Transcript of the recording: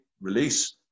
release